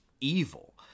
evil